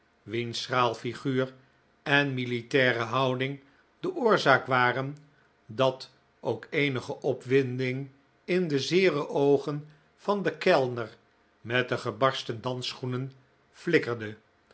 wiens schraal figuur en militaire houding de oorzaak waren dat ook eenige opwinding in de zeere oogen van den kellner met de gebarsten dansschoenen flikkerde